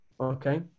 okay